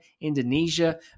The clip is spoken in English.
indonesia